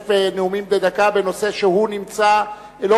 להשתתף בנאומים בני דקה בנושא שהוא נמצא בו,